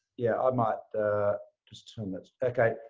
yeah. i might just turn this ok.